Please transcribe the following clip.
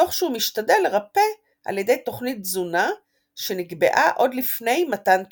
תוך שהוא משתדל לרפא על ידי תוכנית תזונה שנקבעה עוד לפני מתן תרופות.